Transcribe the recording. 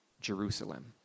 Jerusalem